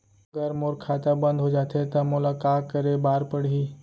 अगर मोर खाता बन्द हो जाथे त मोला का करे बार पड़हि?